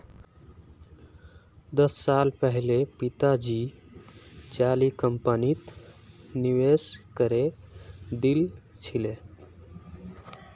दस साल पहले पिताजी जाली कंपनीत निवेश करे दिल छिले